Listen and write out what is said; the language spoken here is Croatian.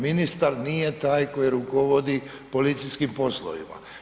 Ministar nije taj koji rukovodi policijskim poslovima.